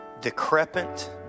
decrepit